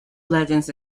legends